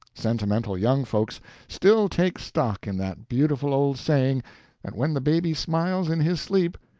sentimental young folks still take stock in that beautiful old saying that when the baby smiles in his sleep,